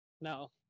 No